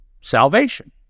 salvation